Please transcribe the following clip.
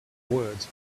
words